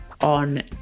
on